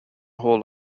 hall